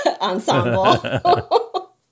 ensemble